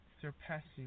surpassing